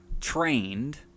trained